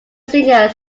singer